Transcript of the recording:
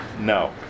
No